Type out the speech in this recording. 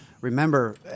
Remember